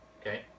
Okay